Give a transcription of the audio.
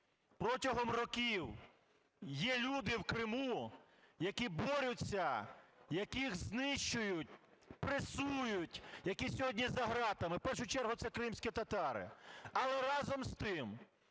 Протягом років є люди в Криму, які борються, яких знищують, пресують, які сьогодні за ґратами, в першу чергу це кримські татари. Але, разом з тим,